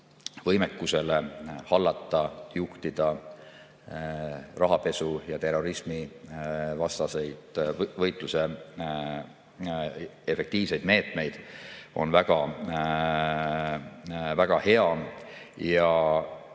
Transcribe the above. võimekusele hallata ja juhtida rahapesu- ja terrorismivastase võitluse efektiivseid meetmeid on väga-väga